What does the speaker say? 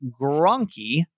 Grunky